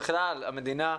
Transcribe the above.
בכלל המדינה,